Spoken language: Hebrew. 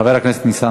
חבר הכנסת ניצן